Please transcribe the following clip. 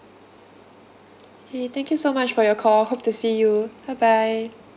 K thank you so much for your call hope to see you bye bye